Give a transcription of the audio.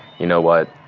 you know what,